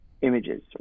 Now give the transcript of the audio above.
images